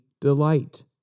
delight